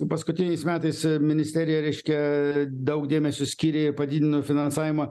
paskutiniais metais ministerija reiškia daug dėmesio skyrė padidino finansavimą